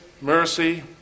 mercy